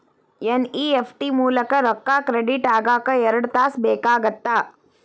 NEFT ಮೂಲಕ ರೊಕ್ಕಾ credit ಆಗಾಕ ಎರಡ್ ತಾಸ ಬೇಕಾಗತ್ತಾ